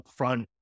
upfront